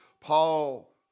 Paul